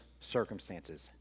circumstances